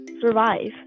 survive